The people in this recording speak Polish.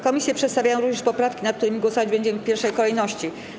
Komisje przedstawiają również poprawki, nad którymi głosować będziemy w pierwszej kolejności.